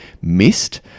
missed